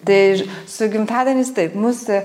tai su gimtadienis taip mus